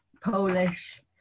Polish